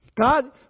God